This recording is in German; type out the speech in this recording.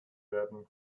werden